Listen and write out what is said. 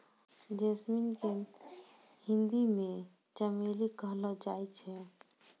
jasmine के हिंदी मे चमेली कहलो जाय छै